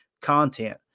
content